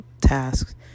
tasks